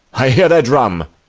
i hear their drum.